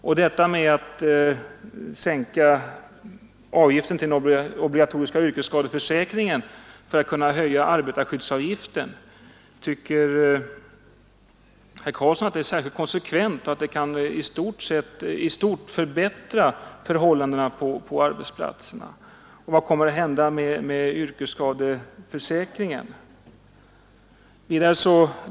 Tycker herr Karlsson att det är särskilt konsekvent och i stort kan förbättra förhållandena på arbetsplatserna att man sänker avgiften till den obligatoriska yrkesskadeförsäkringen för att kunna höja arbetarskyddsavgiften? Och vad kommer att hända med yrkesskadeförsäkringen?